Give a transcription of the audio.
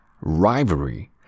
rivalry